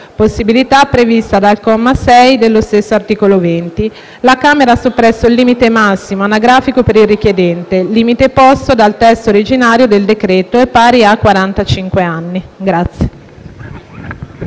possibilità prevista dal comma 6 dello stesso articolo 20, la Camera ha soppresso il limite massimo anagrafico per il richiedente, limite posto dal testo originario del decreto-legge e pari a